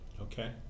Okay